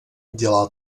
dělá